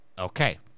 Okay